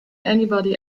anybody